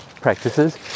practices